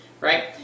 Right